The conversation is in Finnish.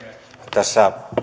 tässä